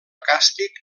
càstig